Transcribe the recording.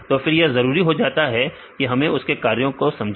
तो फिर यह जरूरी हो जाता है कि हम उसके कार्य को समझें